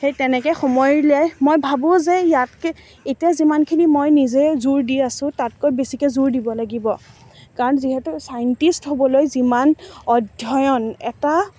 সেই তেনেকৈ সময় উলিয়াই মই ভাবোঁ যে ইয়াতকৈ এতিয়া যিমানখিনি মই নিজে জোৰ দি আছোঁ তাতকৈ বেছিকৈ জোৰ দিব লাগিব কাৰণ যিহেতু ছাইণ্টিষ্ট হ'বলৈ যিমান অধ্যয়ন এটা